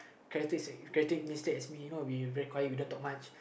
characteristic characteristic as me you know we very quiet we don't talk much